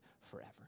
forever